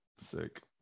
sick